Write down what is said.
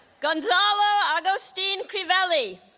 gonzalo agustin crivelli